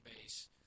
base